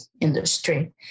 industry